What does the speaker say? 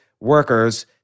workers